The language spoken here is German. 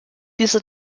dieser